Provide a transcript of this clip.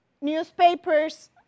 newspapers